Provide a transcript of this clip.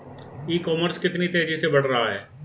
ई commerce कितनी तेजी से बढ़ रहा है?